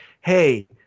Hey